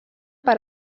per